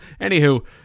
Anywho